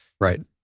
right